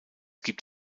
gibt